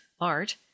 art